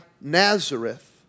Nazareth